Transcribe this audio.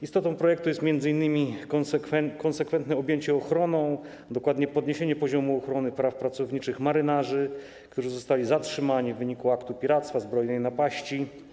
Istotą projektu jest m.in. konsekwentne objęcie ochroną, dokładnie podniesienie poziomu ochrony praw pracowniczych marynarzy, którzy zostali zatrzymani w wyniku aktu piractwa, zbrojnej napaści.